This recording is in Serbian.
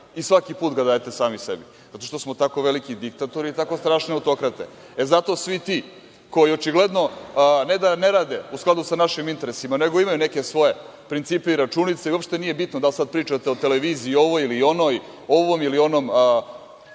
i svaki put ga dajete sami sebi, zato što smo tako veliki diktatori i tako strašne autokrate. E zato svi ti koji očigledno ne da ne rade u skladu sa našim interesima, nego imaju neke svoje principe i računice, i uopšte nije bitno da li sada pričate o televiziji ovo ili onoj, ovom ili onom